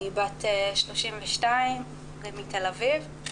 אני בת 32 מתל אביב.